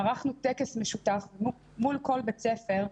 ערכנו טקס משותף מול כל בית ספר.